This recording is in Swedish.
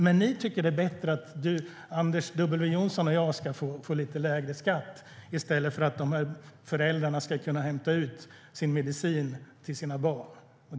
Men ni tycker att det är viktigare att Anders W Jonsson och jag ska få lite lägre skatt än att de här föräldrarna ska kunna hämta ut mediciner till sina barn.